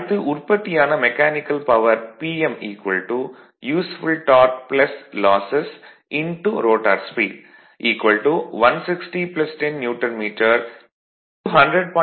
அடுத்து உற்பத்தியான mechanical power Pm useful torque losses rotor speed 160 10 newton metre 100